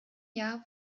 jahr